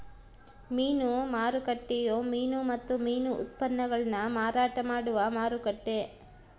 ಮೀನು ಮಾರುಕಟ್ಟೆಯು ಮೀನು ಮತ್ತು ಮೀನು ಉತ್ಪನ್ನಗುಳ್ನ ಮಾರಾಟ ಮಾಡುವ ಮಾರುಕಟ್ಟೆ